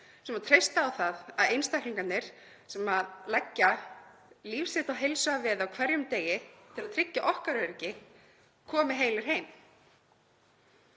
sem treysta á það að einstaklingarnir sem leggja líf sitt og heilsu að veði á hverjum degi til að tryggja okkar öryggi komi heilir heim.